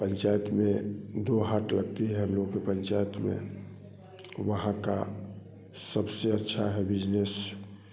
पंचायत में दो हाट लगती हैं लोग पंचायत में वहाँ का सबसे अच्छा है बिजनेस